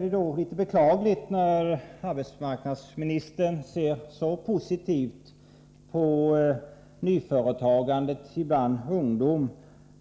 Det är litet beklagligt när arbetsmarknadsministern ser så positivt på nyföretagandet bland ungdomen,